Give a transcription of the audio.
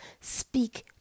speak